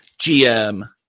GM